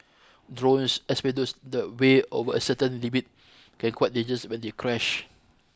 drones especially those the weigh over a certain limit can quite dangerous when they crash